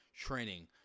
training